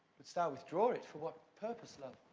wouldst thou withdraw it? for what purpose, love?